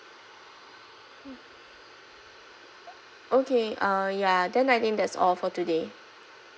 okay uh ya then I think that's all for today